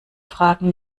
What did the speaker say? fragen